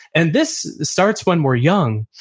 and this starts when we're young,